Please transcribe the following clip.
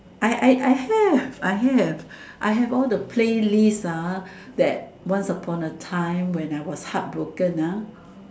I I I have I have I have all the playlist ah that once upon a time when I was heartbroken ah